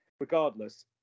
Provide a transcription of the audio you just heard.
regardless